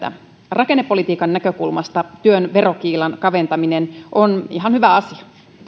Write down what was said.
rakennepolitiikan näkökulmasta työn verokiilan kaventaminen on ihan hyvä asia